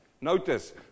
Notice